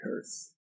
curse